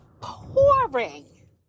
pouring